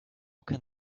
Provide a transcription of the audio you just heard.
can